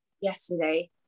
yesterday